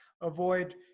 avoid